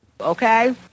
Okay